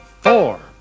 four